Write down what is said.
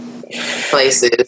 places